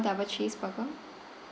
double cheese burger